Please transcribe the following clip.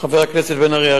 חבר הכנסת בן-ארי,